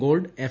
gold F